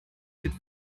could